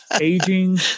Aging